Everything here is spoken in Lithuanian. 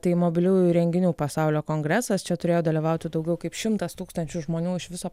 tai mobiliųjų įrenginių pasaulio kongresas čia turėjo dalyvauti daugiau kaip šimtas tūkstančių žmonių iš viso